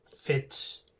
fit